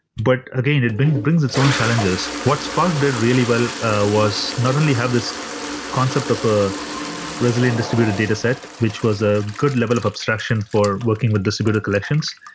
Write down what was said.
but again, it brings its own challenges. what spark did really well was not only have this concept of a resilient distributed data set, which was a good level of abstraction for working with distributed collections,